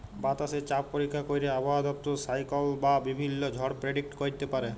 বাতাসে চাপ পরীক্ষা ক্যইরে আবহাওয়া দপ্তর সাইক্লল বা বিভিল্ল্য ঝড় পের্ডিক্ট ক্যইরতে পারে